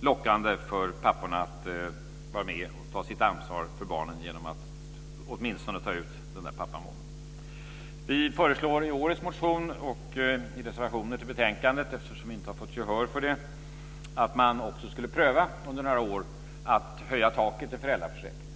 lockande för papporna att vara med och ta sitt ansvar för barnen genom att åtminstone ta ut pappamånaden. Vi föreslår i årets motion och i reservationer till betänkandet, eftersom vi inte har fått gehör för detta, att man också skulle pröva under några år att höja taket i föräldraförsäkringen.